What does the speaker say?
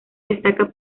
destaca